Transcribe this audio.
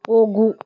ಹೋಗು